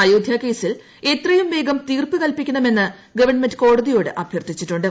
അയോധ്യ കേസിൽ എത്രയും വേഗം തീർപ്പ് കൽപ്പിക്കണമെന്ന് ഗവൺമെന്റ് കോടതിയോട്ട് അഭ്യർത്ഥിച്ചിട്ടുണ്ട്